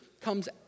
comes